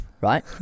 right